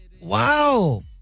Wow